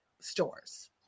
stores